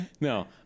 No